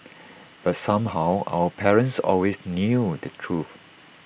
but somehow our parents always knew the truth